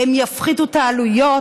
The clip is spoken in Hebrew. הם יפחיתו את העלויות,